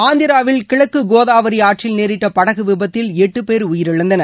ஆந்திராவில் கிழக்கு கோதாவரி ஆற்றில் நேரிட்ட படகு விபத்தில் எட்டு பேர் உயிரிழந்தனர்